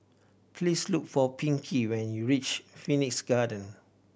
please look for Pinkie when you reach Phoenix Garden